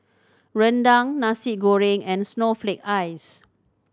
rendang Nasi Goreng and snowflake ice